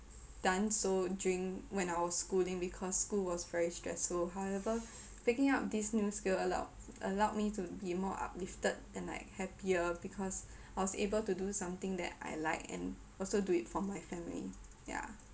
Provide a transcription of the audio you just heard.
done so during when I was schooling because school was very stressful however picking up this new skill allowed allowed me to be more uplifted and like happier because I was able to do something that I like and also do it for my family yeah